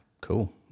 Cool